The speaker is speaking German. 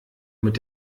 mit